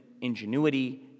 ingenuity